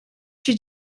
się